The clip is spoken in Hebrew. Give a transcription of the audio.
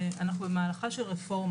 דבר ראשון, אנחנו במהלכה של רפורמה,